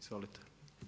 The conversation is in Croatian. Izvolite.